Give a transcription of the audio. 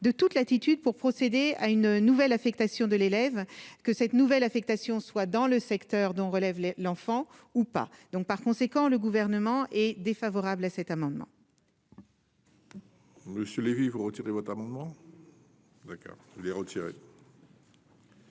de toute latitude pour procéder à une nouvelle affectation de l'élève, que cette nouvelle affectation soit dans le secteur dont relève l'enfant ou pas, donc, par conséquent, le gouvernement est défavorable à cet amendement. Monsieur Lévy vous retirer votre amendement d'accord les retirer.